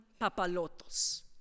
Papalotos